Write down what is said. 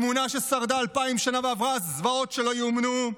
אמונה ששרדה אלפיים שנה ועברה זוועות שלא ייאמנו,